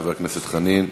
חבר הכנסת חנין.